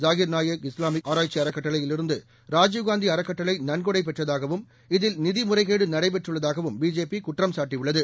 Zakir Naik Islamic ஆராய்ச்சி அறக்கட்டளையிலிருந்து ராஜீவ்காந்தி அறக்கட்டளை நன்கொடை பெற்றதாகவும் இதில் நிதி முறைகேடு நடைபெற்றுள்ளதாகவும் பிஜேபி குற்றம் சாட்டியுள்ளது